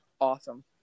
awesome